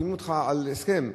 מחתימים אותך על הסכם,